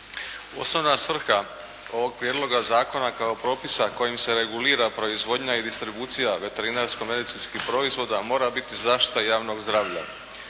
Osnovna svrha ovog prijedloga zakona kao propisa kojim se regulira proizvodnja i distribucija veterinarsko-medicinskih proizvoda mora biti zaštita javnog zdravlja.